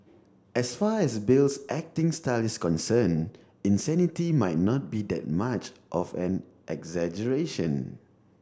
as far as Bale's acting style is concerned insanity might not be that much of an exaggeration